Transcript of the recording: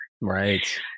Right